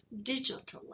digitally